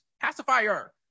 pacifier